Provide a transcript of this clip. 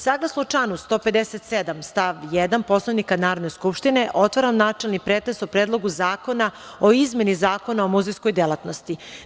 Saglasno članu 157. stav 1. Poslovnika Narodne skupštine, otvaram načelni pretres o Predlogu zakona o izmeni Zakona o muzejskoj delatnosti.